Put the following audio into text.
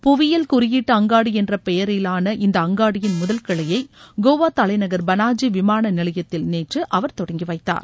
புவியியல் குறியீட்டு அங்காடி என்ற பெயரிலான இந்த அங்காடியின் முதல் கிளையை கோவா தலைநகர் பனாஜி விமான நிலையத்தில் நேற்று அவர் தொடங்கி வைத்தார்